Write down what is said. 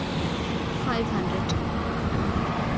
five hundred